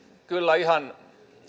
kyllä ihan